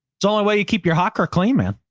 so only way you keep your hocker claim, man.